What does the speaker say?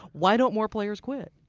why don't more players quit?